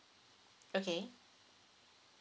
okay